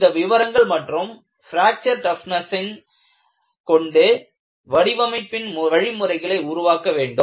இந்த விவரங்கள் மற்றும் பிராக்சர் டஃப்னஸின் ஆகியவற்றைக் கொண்டு வடிவமைப்பின் வழிமுறைகளை உருவாக்க வேண்டும்